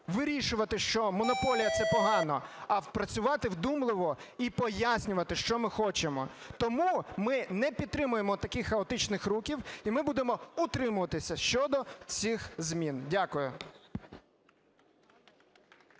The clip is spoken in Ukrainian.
вирішувати, що монополія – це погано, а працювати вдумливо і пояснювати, що ми хочемо. Тому ми не підтримуємо таких хаотичних рухів, і ми будемо утримуватися щодо цих змін. Дякую.